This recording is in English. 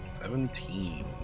Seventeen